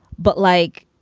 but like,